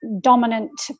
dominant